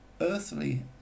earthly